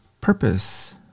purpose